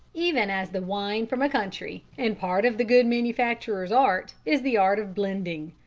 even as the wine from a country, and part of the good manufacturer's art is the art of blending.